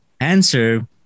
Answer